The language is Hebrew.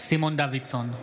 סימון דוידסון,